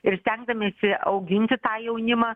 ir stengdamiesi auginti tą jaunimą